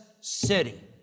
city